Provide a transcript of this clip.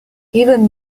even